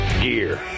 gear